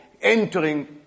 entering